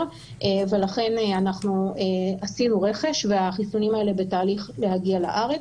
ולכן אנחנו עשינו רכש והחיסונים האלה בתהליך להגיע לארץ.